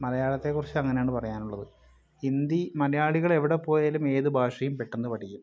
മലയാളത്തെക്കുറിച്ച് അങ്ങനെയാണ് പറയാനുള്ളത് ഹിന്ദി മലയാളികൾ എവിടെപ്പോയാലും ഏതു ഭാഷയും പെട്ടെന്ന് പഠിക്കും